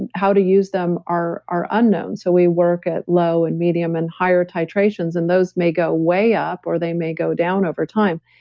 and how to use them are are unknown, so we work at low and medium and higher titrations and those may go way up or they may go down over time.